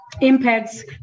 impacts